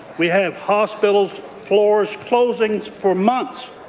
we have hospital floors closing for months,